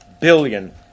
billion